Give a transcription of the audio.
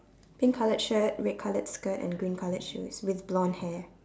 pink coloured shirt red coloured skirt green coloured shoes with blonde hair